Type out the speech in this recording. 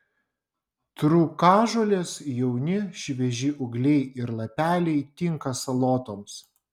trūkažolės jauni švieži ūgliai ir lapeliai tinka salotoms